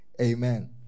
Amen